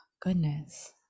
goodness